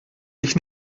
ich